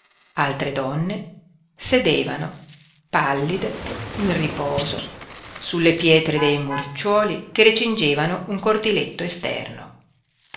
altre donne sedevano pallide in riposo sulle pietre dei muricciuoli che recingevano un cortiletto esterno